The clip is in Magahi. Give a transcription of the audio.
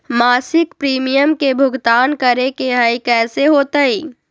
मासिक प्रीमियम के भुगतान करे के हई कैसे होतई?